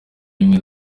rimwe